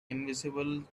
invisible